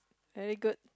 very good